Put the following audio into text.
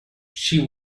she